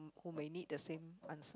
who may need the same answer